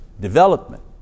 development